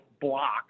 block